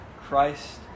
Christ